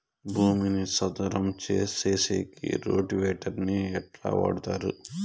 భూమిని చదరం సేసేకి రోటివేటర్ ని ఎట్లా వాడుతారు?